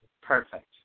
perfect